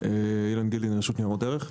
אילן גילדין, הרשות לניירות ערך.